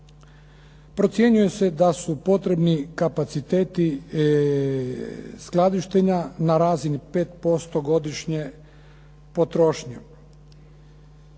Procjenjuje se da su potrebni kapaciteti skladištenja na razini 5% godišnje potrošnje.